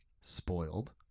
Spoiled